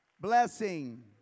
blessing